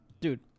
dude